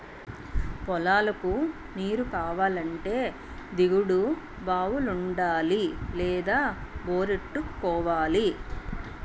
పొలాలకు నీరుకావాలంటే దిగుడు బావులుండాలి లేదా బోరెట్టుకోవాలి